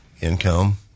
income